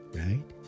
right